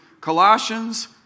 colossians